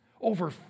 Over